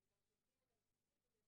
אני חושבת שאת אמרת את הדבר הכי חכם,